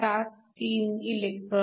73 e v